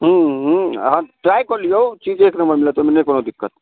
हूँ हूँ अहाँ ट्राइ कऽ लियौ चीज एक नम्मर मिलत ओहिमे नहि कोनो दिक्कत